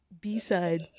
B-side